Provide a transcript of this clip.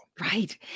Right